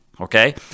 Okay